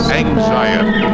anxiety